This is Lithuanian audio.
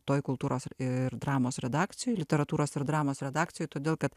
toj kultūros ir dramos redakcijoj literatūros ir dramos redakcijoj todėl kad